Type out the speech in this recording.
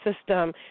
system